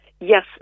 Yes